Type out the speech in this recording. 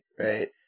right